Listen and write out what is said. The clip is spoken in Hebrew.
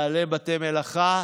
בעלי בתי מלאכה,